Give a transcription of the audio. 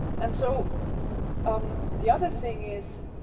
and so um the other thing is.